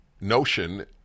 notion